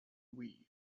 wii